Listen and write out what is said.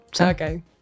Okay